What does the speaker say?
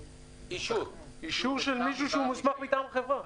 אישור של מישהו שהוא מוסמך מטעם החברה.